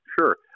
Sure